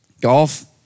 golf